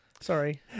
Sorry